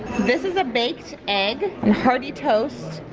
this is a baked egg. a hearty toast.